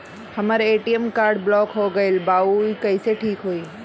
हमर ATM card block हो गईल बा ऊ कईसे ठिक होई?